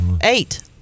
eight